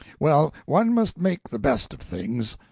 well, one must make the best of things,